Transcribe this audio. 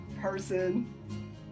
person